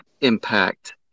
impact